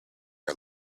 are